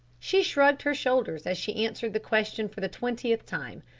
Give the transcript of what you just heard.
she shrugged her shoulders as she answered the question for the twentieth time.